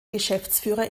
geschäftsführer